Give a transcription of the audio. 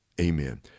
amen